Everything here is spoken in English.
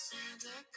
Santa